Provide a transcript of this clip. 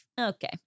Okay